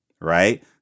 Right